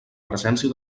presència